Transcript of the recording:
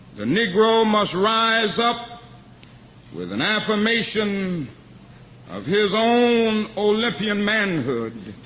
the negro must rise up with an affirmation of his own olympian manhood.